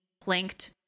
planked